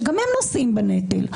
שגם הם נושאים בנטל.